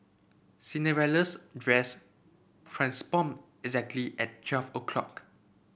Cinderella's dress transformed exactly at twelve o' clock